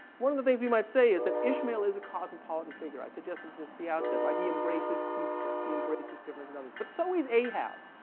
one of the things we might say is that ishmael is a cosmopolitan figure. i suggested this at the outset, right? he embraces queequeg. he embraces difference in others, but so is ahab.